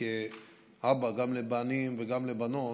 כאבא גם לבנים וגם לבנות,